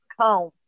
comb